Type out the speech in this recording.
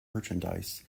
merchandise